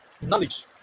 knowledge